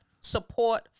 Support